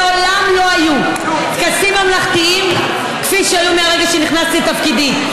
מעולם לא היו טקסים ממלכתיים כפי שהיו מהרגע שנכנסתי לתפקידי.